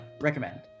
recommend